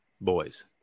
Boys